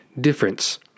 difference